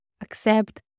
accept